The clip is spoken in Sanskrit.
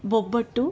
बोब्बट्टु